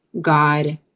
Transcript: God